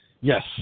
Yes